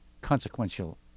consequential